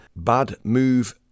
badmove